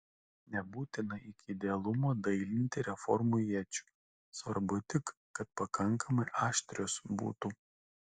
nebūtina iki idealumo dailinti reformų iečių svarbu tik kad pakankamai aštrios būtų